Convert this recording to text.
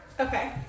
Okay